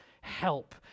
help